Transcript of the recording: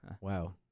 Wow